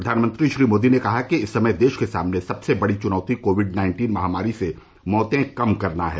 प्रधानमंत्री श्री मोदी ने कहा कि इस समय देश के सामने सबसे बड़ी चुनौती कोविड नाइन्टीन महामारी से मौतें कम करना है